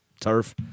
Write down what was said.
Turf